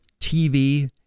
TV